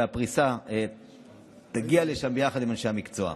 והפריסה תגיע לשם ביחד עם אנשי המקצוע.